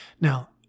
Now